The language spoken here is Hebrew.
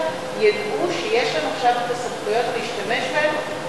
ידעו שיש להם עכשיו סמכויות להשתמש בהן,